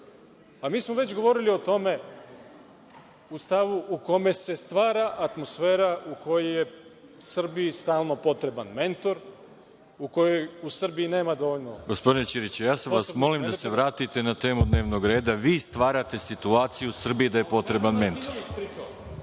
smo već govorili o tome, u stavu u kome se stvara atmosfera u kojoj je Srbiji stalno potreban mentor, u kojoj u Srbiji nema dovoljno …. **Veroljub Arsić** Gospodine Ćiriću, ja vas molim da se vratite na temu dnevnog reda. Vi stvarate situaciju u Srbiji da je potreban mentor. Samo